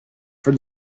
for